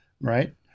right